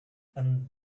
and